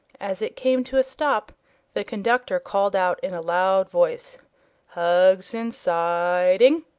as it came to a stop the conductor called out in a loud voice hugson's siding!